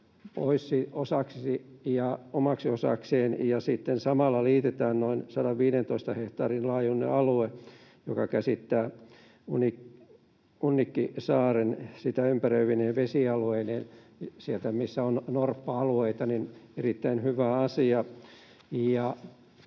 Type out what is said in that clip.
omaksi osakseen ja sitten samalla liitetään siihen noin 115 hehtaarin laajuinen alue, joka käsittää Unnikkisaaren sitä ympäröivine vesialueineen. Siellä, missä on norppa-alueita, erittäin hyvä asia.